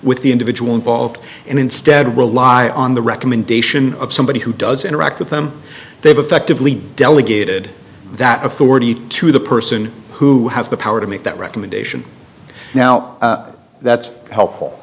with the individual involved and instead rely on the recommendation of somebody who does interact with them they've effectively delegated that authority to the person who has the power to make that recommendation now that's helpful